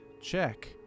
check